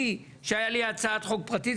שבו הייתה לי הצעת חוק פרטית,